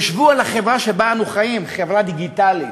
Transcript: חשבו על החברה שבה אנו חיים, חברה דיגיטלית,